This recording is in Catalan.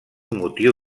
motiu